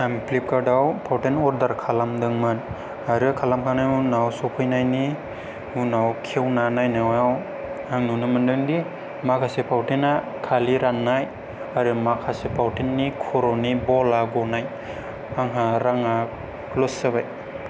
आं फ्लिपकार्ट आव फावथेन अरदार खालामदोंमोन आरो खालामखांनायनि उनाव सफैनायनि उनाव खेवना नायनायाव आं नुनो मोनदोंदि माखासे फावथेना खालि राननाय आरो माखासे फावथेननि खर'नि बल आ गनाय आंहा राङा लस जाबाय